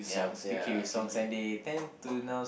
ya picky with songs and they tend to now